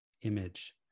image